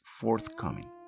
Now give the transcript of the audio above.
forthcoming